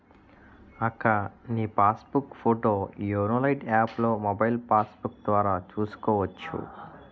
అక్కా నీ passbook photo YONO Lite యాప్లో మొబైల్ పాస్బుక్కు ద్వారా చూసుకోవచ్చు